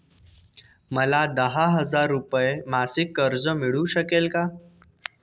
मला दहा हजार रुपये मासिक कर्ज मिळू शकेल का?